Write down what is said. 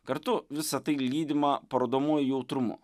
kartu visa tai lydima parodomuoju jautrumu